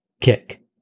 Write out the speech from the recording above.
kick